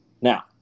Now